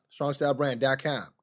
strongstylebrand.com